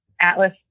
atlas